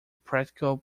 practical